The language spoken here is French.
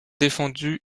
défendu